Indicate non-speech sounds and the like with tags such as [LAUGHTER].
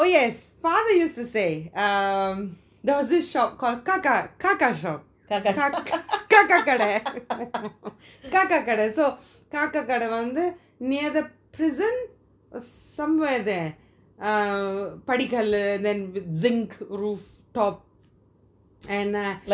oh yes father used to say um there was this shop called kaka kaka shop kaka கடை:kada [LAUGHS] kaka கடை காக்க கடை வந்து:kada kaaka kada vanthu near the prison somewhere there uh படிக்கல்லு:padikallu with zinc roof top and uh